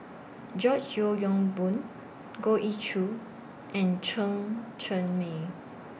George Yeo Yong Boon Goh Ee Choo and Chen Cheng Mei